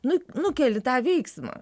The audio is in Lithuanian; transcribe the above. nu nukeli tą veiksmą